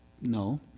No